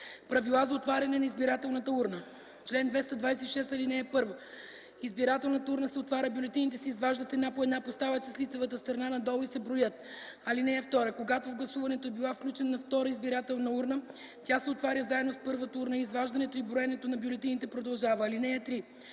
„Правила за отваряне на избирателната урна Чл. 222. (1) Избирателната урна се отваря, бюлетините се изваждат една по една, поставят се с лицевата страна надолу и се броят. (2) Когато в гласуването е била включена втора избирателна урна, тя се отваря заедно с първата урна и изваждането и броенето на бюлетините продължава. (3)